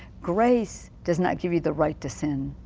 grace does not give you the right to sin.